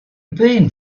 been